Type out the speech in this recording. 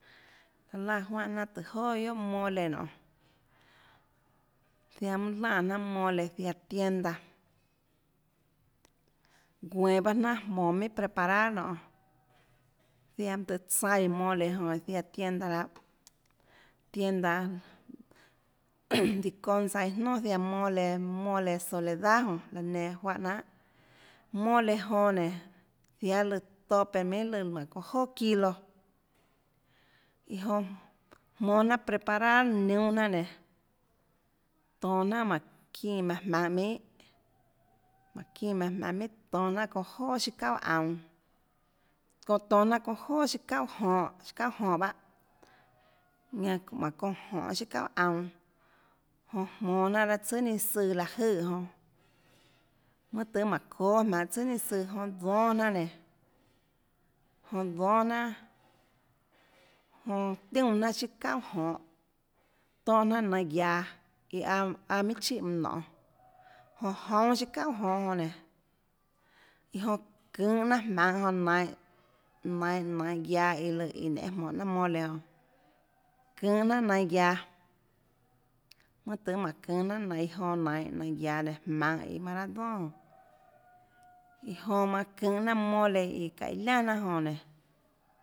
Laã juánhãjnanà tùhå joà guiohàguiohà mole nonê ziaã mønâ lánã jnanà mole ziaã tienda guenå pahâ jnanà jmonå minhà preparar nonê ziaã mønâ tøhê tsaíã mole jonã iã ziaã tienda lahâ tienda diconsa iâ nonà ziaã mole mole soledad jonã laã nenã juáhã jnanhà mole jonã nénå ziáâ lùã tope minhà lùã jmánhã çounâ joà çilo iã jonã jmonå jnanà preparar niúnâ jnanà nénã tonå jnanà jmánhå çínã maùnã jmaønhå minhà jmánhå çínã maùnã jmaønhå minhà tonå jnanà çounã joà siâ çuaà aunå çounã tonå jnanà çounã joà siâ çauà jonhå siâ çauà jonhå bahâ ñanã manã çounã jonê siâ çauà aunå jonã jmonå jnanà raâ tsùà ninâ søã láhå jøè jonã mønâ tøhê mánhå çóâ jmaønhå tsùà ninâ søã jonã dónâ jnanà nénå jonã dónâ jnanà nénå jonã tiúnã jnanà siâ çauà jonhå tónhã jnanà nainhå guiaå iã aâ aâ minhà chíhà mønã nonê jonã joúnâ chiâ çauà jonhå jonã nénå iã jonã çønhå jnanà jmaønhå jonã nainhå nainhå nainhå guiaå iã lùãnenê jmonå jnanà mole çønhå jnanà nainhå guiaå mønâ tøhê mánhå çønhå jnanà iã jonã nainhå nainhå guiaå nenã jmaønhå iã manã raâ donà jonã iã jonã manã çønhå jnanà mole iã çáhå iâ liaà jnanà jonã nénå